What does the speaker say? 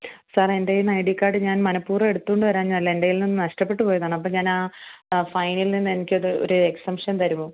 sir എന്റെ കയ്യിൽ നിന്ന് ഐ ഡി കാർഡ് ഞാൻ മനപ്പൂർവ്വം എടുത്തുകൊണ്ട് വരാഞ്ഞത് അല്ല എന്റെ കയ്യിൽ നിന്നും നഷ്ടപ്പെട്ട് പോയതാണ് അപ്പോൾ ഞാൻ ആ ഫൈനിൽ നിന്നും ഒരു ഒരു എക്സെമ്ഷൻ തരുമോ